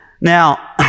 now